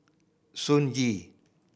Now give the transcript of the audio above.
Sun Yee